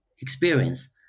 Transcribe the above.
experience